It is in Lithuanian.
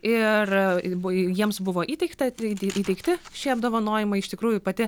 ir buvo jiems buvo įteikta įteikti šie apdovanojimai iš tikrųjų pati